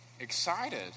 Excited